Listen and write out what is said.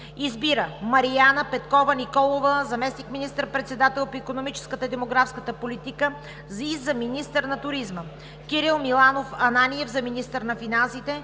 Избира Марияна Петкова Николова – заместник министър-председател по икономическата и демографската политика, и за министър на туризма, Кирил Миланов Ананиев за министър на финансите,